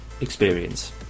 experience